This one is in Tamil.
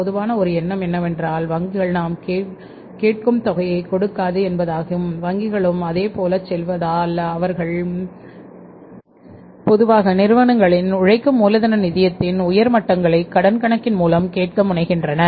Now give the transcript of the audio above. பொதுவாக நிறுவனங்களின் உழைக்கும் மூலதன நிதியத்தின் உயர் மட்டங்களை கடன் கணக்கின் மூலம் கேட்க முனைகின்றன